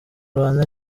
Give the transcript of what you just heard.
rwanda